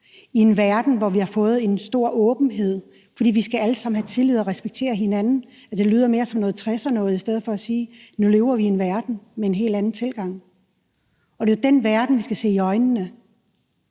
i en verden, hvor vi har fået en stor åbenhed, fordi vi alle sammen skal have tillid og respektere hinanden. Det lyder mere som noget fra 1960'erne i stedet for at sige, at vi nu lever i en verden med en helt anden tilgang, og det er jo den verden, vi skal se i øjnene.